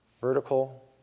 Vertical